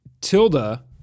Tilda